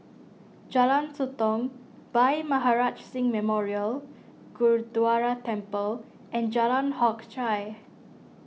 Jalan Sotong Bhai Maharaj Singh Memorial Gurdwara Temple and Jalan Hock Chye